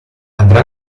andrà